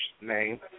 name